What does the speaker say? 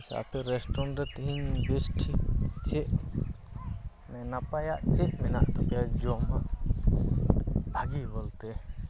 ᱟᱪᱷᱟ ᱟᱯᱮ ᱨᱮᱥᱴᱩᱨᱮᱱᱴ ᱨᱮ ᱛᱮᱦᱮᱧ ᱵᱮᱥᱴᱷᱤᱠ ᱪᱮᱫ ᱱᱟᱯᱟᱭᱟᱜ ᱪᱮᱫ ᱢᱮᱱᱟᱜ ᱛᱟᱯᱮᱭᱟ ᱡᱚᱢᱟᱜ ᱵᱷᱟᱡᱤ ᱵᱚᱞᱛᱮ